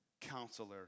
counselor